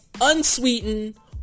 unsweetened